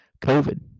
COVID